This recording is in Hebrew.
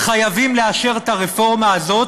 חייבים לאשר את הרפורמה הזאת,